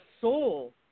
soul